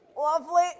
Lovely